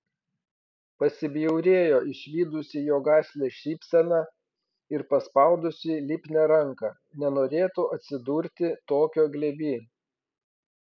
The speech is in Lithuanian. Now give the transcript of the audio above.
pasibjaurėjo išvydusi jo gašlią šypseną ir paspaudusi lipnią ranką nenorėtų atsidurti tokio glėby